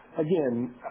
again